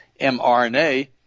mRNA